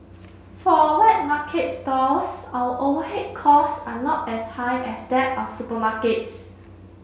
for wet market stalls our overhead costs are not as high as that of supermarkets